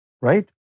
Right